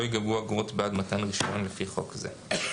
ייגבו אגרות בעד מתן רישיונות לפי חוק זה".